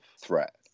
threat